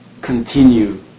continue